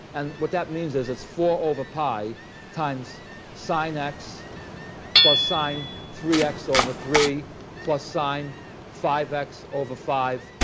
and what that means is it's four over pi times sine x plus sine three x over three plus sine five x over five,